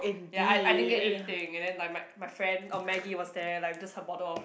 ya I I didn't get anything and then like my my friend uh Maggie was there like just her bottle of